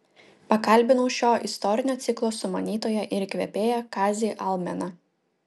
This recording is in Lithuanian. pakalbinau šio istorinio ciklo sumanytoją ir įkvėpėją kazį almeną